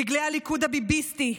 דגלי הליכוד הביביסטי,